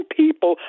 people